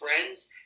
friends